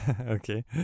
okay